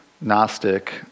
Gnostic